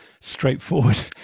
straightforward